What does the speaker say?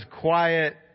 quiet